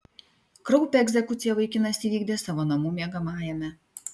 kraupią egzekuciją vaikinas įvykdė savo namų miegamajame